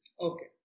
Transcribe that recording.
Okay